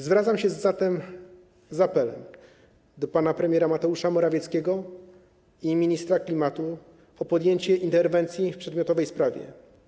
Zwracam się zatem z apelem do pana premiera Mateusza Morawieckiego i ministra klimatu o podjęcie interwencji w przedmiotowej sprawie.